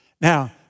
Now